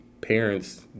parents